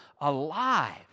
alive